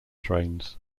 trains